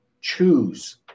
choose